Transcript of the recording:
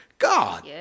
God